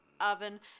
oven